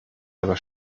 aber